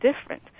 different